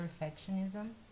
perfectionism